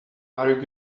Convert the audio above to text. are